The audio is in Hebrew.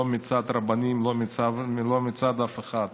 לא מצד רבנים ולא מצד אף אחד.